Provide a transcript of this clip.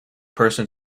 person